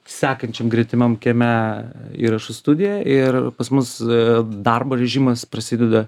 sekančiam gretimam kieme įrašų studija ir pas mus darbo režimas prasideda